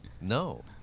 No